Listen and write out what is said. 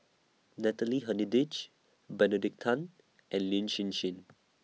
Natalie Hennedige Benedict Tan and Lin Hsin Hsin